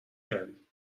کردی